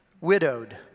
Widowed